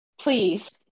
please